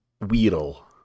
Weedle